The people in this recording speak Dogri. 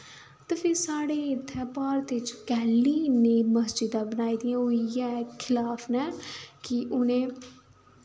ते फिर साढ़े इत्थै भारत च कैल्ली इन्नी मस्जिदां बनाई दियां ओह् इ'यै खलाफ न कि उ'नें